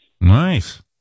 Nice